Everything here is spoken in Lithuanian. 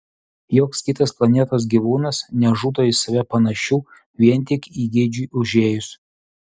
joks kitas planetos gyvūnas nežudo į save panašių vien tik įgeidžiui užėjus